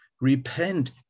repent